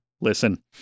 listen